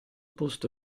posto